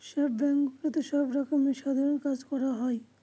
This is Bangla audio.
সব ব্যাঙ্কগুলোতে সব রকমের সাধারণ কাজ করা হয়